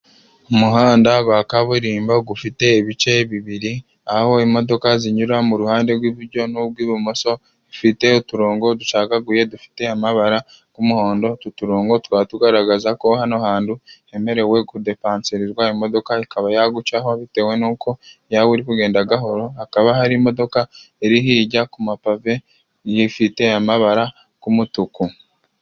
Umuhanda wa kaburimbo ufite ibice bibiri, aho imodoka zinyura mu ruhande rw'iburyo n'urw'ibumoso, ifite uturongo ducagaguye dufite amabara y'umuhondo utu turongo tukaba tugaragaza ko hano hantu hemerewe kudepansirirwa, imodoka ikaba yagucaho bitewe nuko itawe iri kugenda gahoro, hakaba hari imodoka iri hirya ku mapave ifite amabara y'umutuku.